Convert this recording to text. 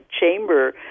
Chamber